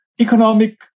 economic